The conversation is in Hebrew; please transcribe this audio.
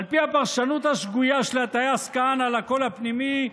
על פי הפרשנות השגויה של הטייס כהנא לקול הפנימי,